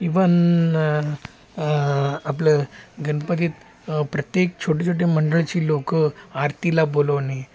even आपलं गणपतीत प्रत्येक छोटे छोटे मंडळाची लोकं आरतीला बोलवणे